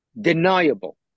deniable